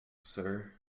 sir